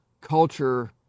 culture